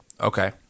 Okay